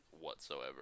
whatsoever